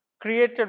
created